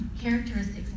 characteristics